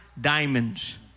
Diamonds